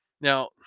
Now